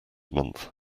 month